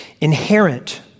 Inherent